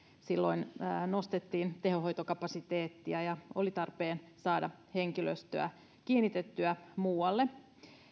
silloin nostettiin tehohoitokapasiteettia ja oli tarpeen saada henkilöstöä kiinnitettyä muualle